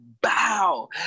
bow